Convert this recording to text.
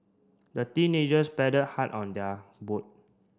the teenagers paddled hard on their boat